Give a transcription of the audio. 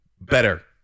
better